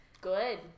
Good